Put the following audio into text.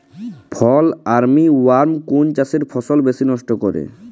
ফল armyworm কোন চাষের ফসল বেশি নষ্ট করে?